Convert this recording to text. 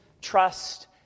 trust